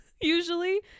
usually